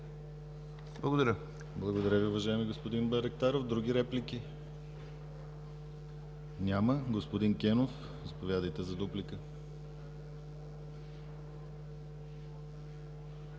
Благодаря Ви, уважаеми господин Байрактаров. Други реплики? Няма. Господин Кенов, заповядайте за дуплика.